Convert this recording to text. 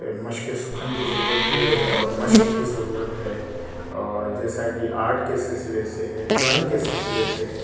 مشق سخن کی ضرورت ہے اور مشق کی ضرورت ہے اور جیسا کہ آرٹ کے سلسلے سے ہے ڈرائنگ کے سلسلے سے ہے